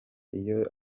iyo